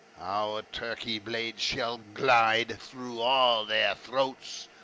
our turkey blades shall glide through all their throats,